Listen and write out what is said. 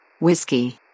Whiskey